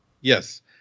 Yes